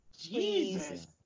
Jesus